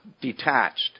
detached